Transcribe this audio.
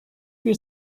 bir